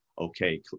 okay